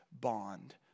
bond